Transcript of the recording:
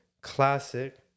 classic